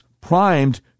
primed